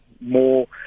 more